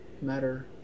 matter